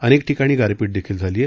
अनेक ठिकाणी गारपीट देखील झाली आहे